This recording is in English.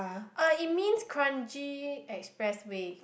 uh it means Kranji expressway